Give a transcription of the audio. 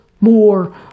more